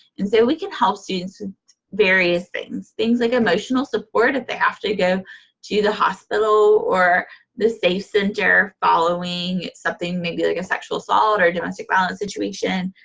and so we can help students with various things. things like emotional support if they have to go to the hospital or the safe center following something maybe like a sexual assault or a domestic violence situation.